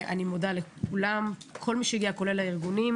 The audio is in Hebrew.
אני מודה לכולם, לכל מי שהגיע, כולל לארגונים.